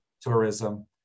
tourism